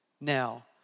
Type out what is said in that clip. now